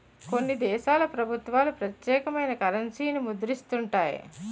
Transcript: కొన్ని దేశాల ప్రభుత్వాలు ప్రత్యేకమైన కరెన్సీని ముద్రిస్తుంటాయి